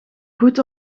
goed